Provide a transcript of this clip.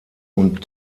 und